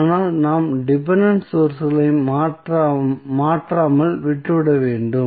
ஆனால் நாம் டிபென்டென்ட் சோர்ஸ்களை மாற்றாமல் விட்டுவிட வேண்டும்